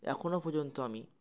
এখনও পর্যন্ত আমি